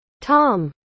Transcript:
Tom